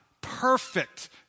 perfect